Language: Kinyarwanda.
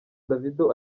davido